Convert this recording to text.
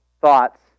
thoughts